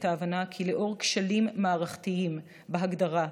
ההבנה כי לאור כשלים מערכתיים בהגדרה,